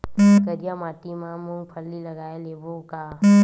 करिया माटी मा मूंग फल्ली लगय लेबों का?